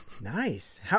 Nice